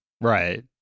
Right